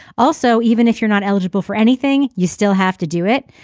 also even if you're not eligible for anything you still have to do it.